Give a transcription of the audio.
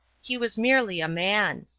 he was merely a man.